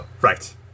Right